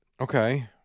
Okay